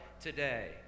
today